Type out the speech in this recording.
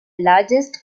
largest